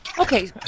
Okay